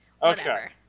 Okay